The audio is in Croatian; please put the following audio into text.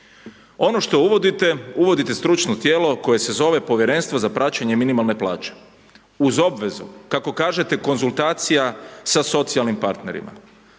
Ono što uvodite, uvodite stručno tijelo koje se zove Povjerenstvo za praćenje minimalne plaće, uz obvezu kako kažete konzultacija sa socijalnim partnerima,